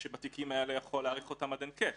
שבתיקים האלה יכול להאריך אותם עד אין קץ.